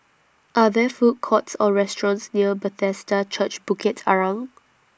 Are There Food Courts Or restaurants near Bethesda Church Bukit Arang